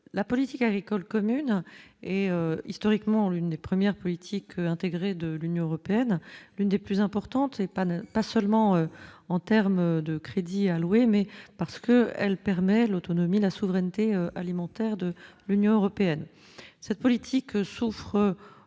la politique agricole commune et historiquement l'une des premières politique intégrée de l'Union européenne, l'une des plus importantes et pas, pas seulement en termes de crédits alloués, mais parce qu'elle permet l'autonomie, la souveraineté alimentaire de l'Union européenne, cette politique souffre